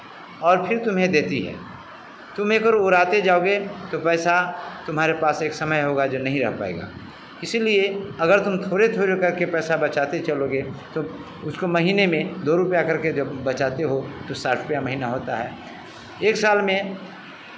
और फिर तुम्हें देती है तुम्हें अगर उड़ाते जाओगे तो पैसा तुम्हारे पास एक समय होगा जब नहीं रह पाएगा इसीलिए अगर तुम थोड़े थोड़े करके पैसा बचाते चलोगे तो उसको महीने में दो रुपया करके जब बचाते हो तो साठ रुपया महिना होता है एक साल में